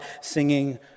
singing